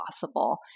possible